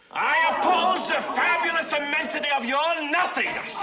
i oppose the fabulous immensity of your and and nothingness!